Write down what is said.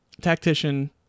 tactician